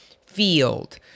field